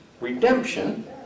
redemption